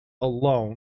alone